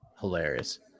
hilarious